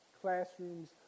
classrooms